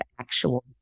actual